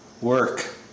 work